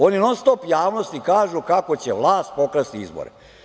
Oni non-stop javnosti kažu kako će vlast pokrasti izbore.